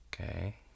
Okay